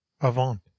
avant